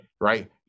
right